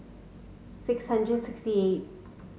six hundred sixty eight